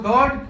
God